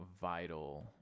vital